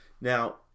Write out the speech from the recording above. Now